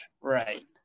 Right